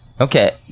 Okay